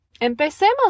empecemos